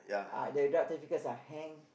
uh the drug traffickers are hanged